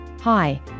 Hi